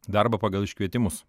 darbą pagal iškvietimus